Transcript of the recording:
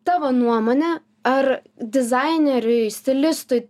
tavo nuomone ar dizaineriui stilistui